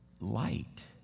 light